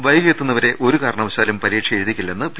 വൈകി എത്തുന്നവരെ ഒരു കാരണവശാലും പരീക്ഷ എഴുതി ക്കില്ലെന്ന് പി